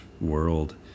world